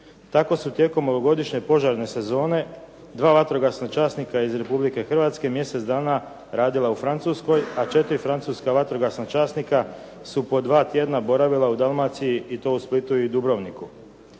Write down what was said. Tako su tijekom ovogodišnje požarne sezone, dva vatrogasna časnika iz Republike Hrvatske mjesec dana radila u Francuskoj, a četiri francuska vatrogasna časnika su po dva tjedna boravila u Dalmaciji i to u Splitu i Dubrovniku.